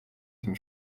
tym